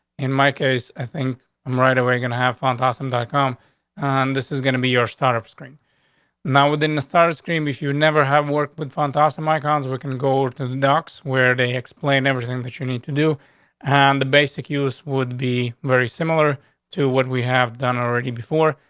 in my case, i think i'm right away. gonna have phantasm dot com on this is gonna be your startup screen now within the starscream. if you never have worked with fantastic microns, we can go to the docks where they explained everything that you need to do on and the basic use would be very similar to what we have done already before.